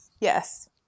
Yes